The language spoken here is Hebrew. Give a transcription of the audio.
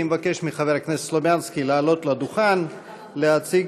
אני מבקש מחבר הכנסת סלומינסקי לעלות לדוכן סליחה,